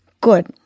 Good